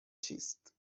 چیست